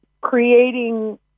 creating